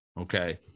Okay